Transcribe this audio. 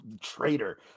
traitor